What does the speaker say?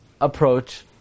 approach